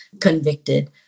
convicted